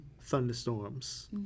thunderstorms